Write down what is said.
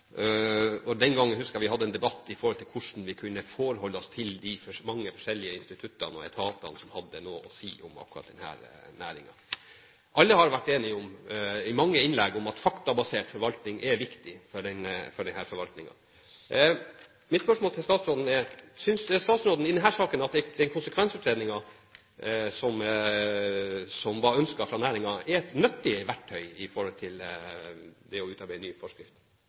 og den gangen husker jeg vi hadde en debatt om hvordan vi kunne forholde oss til de mange forskjellige instituttene og etatene som hadde noe å si om akkurat denne næringen. Alle har vært enige om – i mange innlegg – at faktabasert forvaltning er viktig for denne forvaltningen. Mitt spørsmål til statsråden er: Synes statsråden at den konsekvensutredningen som var ønsket fra næringen i denne saken, er et nyttig verktøy med hensyn til å utarbeide